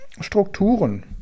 Strukturen